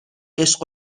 عشق